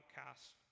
outcasts